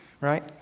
Right